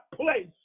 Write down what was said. place